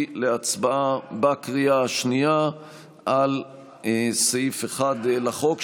להצבעה בקריאה השנייה על סעיף 1 לחוק,